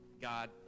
God